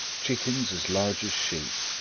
chickens as large as sheep,